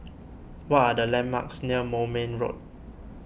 what are the landmarks near Moulmein Road